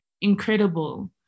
incredible